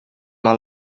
all